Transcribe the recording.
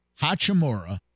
Hachimura